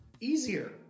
easier